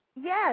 Yes